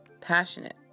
passionate